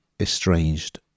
estranged